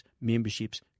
memberships